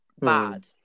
bad